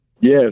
Yes